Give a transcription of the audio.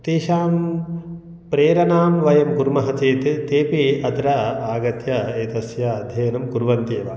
तेषां प्रेरणां वयं कुर्मः चेत् तेऽपि अत्र आगत्य एतस्य अध्ययनं कुर्वन्त्येव